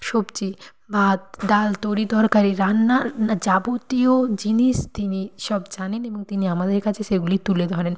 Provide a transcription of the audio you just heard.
সবজি ভাত ডাল তরিতরকারি রান্নার যাবতীয় জিনিস তিনি সব জানেন এবং তিনি আমাদের কাছে সেগুলি তুলে ধরেন